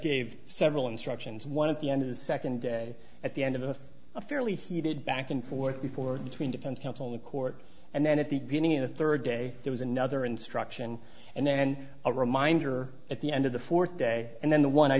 gave several instructions one of the end of the second day at the end of a fairly heated back and forth before between defense counsel in court and then at the beginning of the third day there was another instruction and then a reminder at the end of the fourth day and then the one i